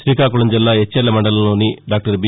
తీకాకుళం జిల్లా ఎచ్చెర్ల మండలంలోని doctor B